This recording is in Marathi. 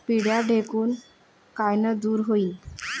पिढ्या ढेकूण कायनं दूर होईन?